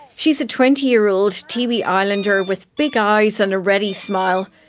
she's a twenty year old tiwi islander with big eyes and a ready smile.